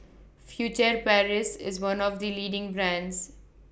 Furtere Paris IS one of The leading brands